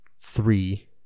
three